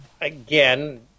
again